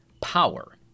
power